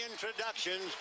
introductions